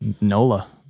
Nola